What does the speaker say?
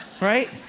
right